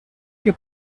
que